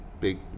big